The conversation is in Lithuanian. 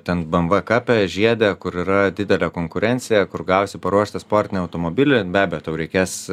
ten be em ve kape žiede kur yra didelė konkurencija kur gausi paruošti sportinį automobilį be abejo tau reikės